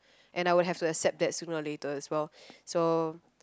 and I would have to accept that sooner or later as well so